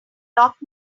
lock